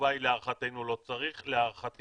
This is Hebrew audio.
התשובה להערכתנו היא שלא צריך ולהערכתי